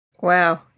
Wow